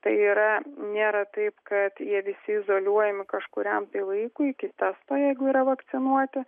tai yra nėra taip kad jie visi izoliuojami kažkuriam laikui kitas pajėgų yra vakcinuoti